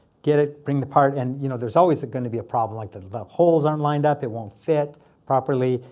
get it, bring the part. and you know there's always going to be a problem, like the the holes aren't lined up. it won't fit properly.